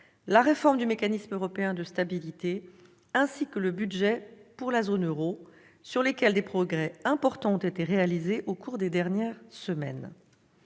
la réforme du Mécanisme européen de stabilité, ainsi que le budget pour la zone euro, pour lesquels des progrès importants ont été réalisés au cours des dernières semaines.